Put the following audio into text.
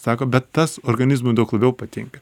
sako bet tas organizmui daug labiau patinka